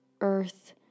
Earth